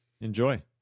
enjoy